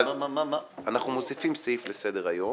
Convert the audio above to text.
אנחנו מוסיפים סעיף לסדר היום